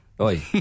Oi